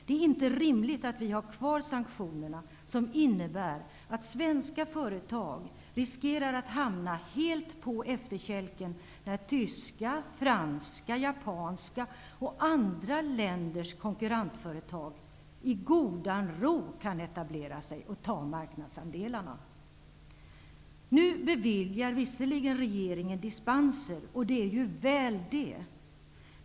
Det är inte rimligt att vi har kvar sanktioner som innebär att svenska företag riskerar att hamna helt på efterkälken när tyska, franska, japanska och andra länders konkurrentföretag i godan ro kan etablera sig och ta marknadsandelarna. Nu beviljar regeringen visserligen dispenser, och det är ju väl.